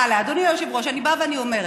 אדוני היושב-ראש, אני באה ואומרת: